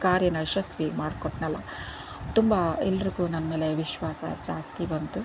ಕಾರ್ಯನ ಯಶಸ್ವಿ ಮಾಡ್ಕೊಟ್ನಲ್ಲ ತುಂಬ ಎಲ್ಲರಿಗೂ ನನ್ನ ಮೇಲೆ ವಿಶ್ವಾಸ ಜಾಸ್ತಿ ಬಂತು